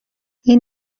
این